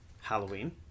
halloween